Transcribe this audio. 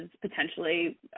potentially